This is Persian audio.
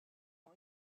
پدر